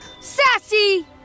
sassy